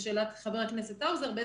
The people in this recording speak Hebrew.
לשאלת חבר הכנסת האוזר,